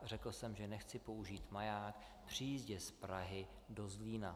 Řekl jsem, že nechci použít maják při jízdě z Prahy do Zlína.